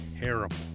terrible